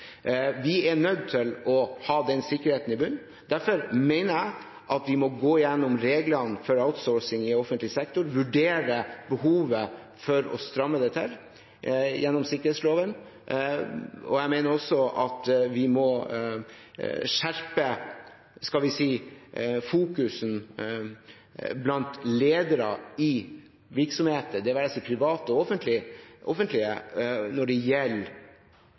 bunnen. Derfor mener jeg at vi må gå gjennom reglene for outsourcing i offentlig sektor, vurdere behovet for å stramme det til gjennom sikkerhetsloven, og jeg mener også at vi må skjerpe fokuset til ledere i virksomheter, både private og offentlige, når det gjelder